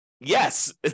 yes